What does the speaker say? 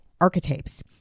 archetypes